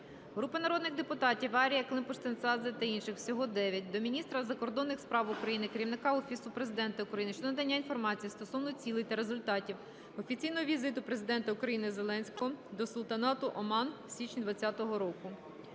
Групи народних депутатів (Ар'єва, Климпуш-Цинцадзе та інших. Всього 9) до міністра закордонних справ України, Керівника Офісу Президента України щодо надання інформації стосовно цілей та результатів офіційного візиту Президента України Зеленського до Султанату Оман в січні 20-го року.